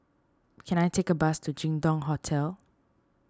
can I take a bus to Jin Dong Hotel